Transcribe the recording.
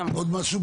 עוד משהו?